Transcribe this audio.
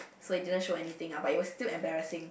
so it didn't show anything but it will still embarrassing